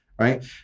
right